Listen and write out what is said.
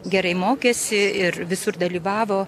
gerai mokėsi ir visur dalyvavo